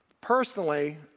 personally